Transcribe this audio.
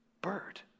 bird